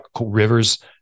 rivers